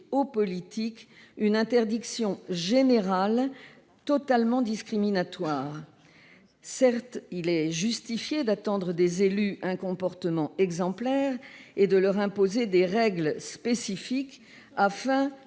aux politiques une interdiction générale, totalement discriminatoire ? Certes, il est justifié d'attendre des élus un comportement exemplaire et de leur imposer des règles spécifiques, afin